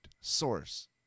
source